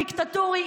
דיקטטורי,